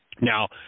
now